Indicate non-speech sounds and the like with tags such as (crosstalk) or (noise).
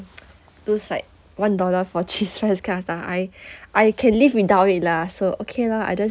those like one dollar for cheese fries kind of stuff I (breath) I can live without it lah so okay lah I just